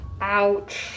Ouch